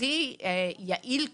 הכי יעיל כרגע,